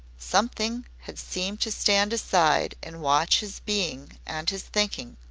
something had seemed to stand aside and watch his being and his thinking.